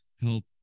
help